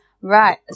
Right